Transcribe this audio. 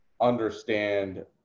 understand